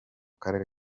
karere